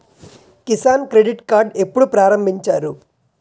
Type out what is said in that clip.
Kisan credit card ఎప్పుడు ప్రారంభించారు?